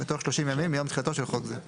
בתוך שלושים ימים מיום תחילתו של חוק זה;